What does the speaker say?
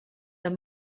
are